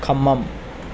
Khammam